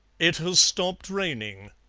it has stopped raining,